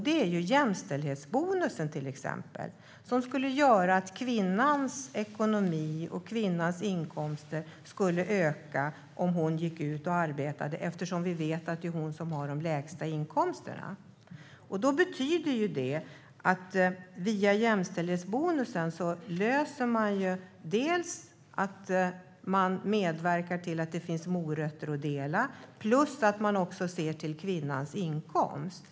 Det gäller till exempel jämställdhetsbonusen, som gör att kvinnans inkomster skulle öka om hon gick ut och arbetade, eftersom det är hon som har de lägsta inkomsterna. Det betyder att man via jämställdhetsbonusen medverkar till att det finns morötter att dela plus att man också ser till kvinnans inkomst.